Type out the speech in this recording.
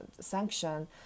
sanction